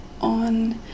on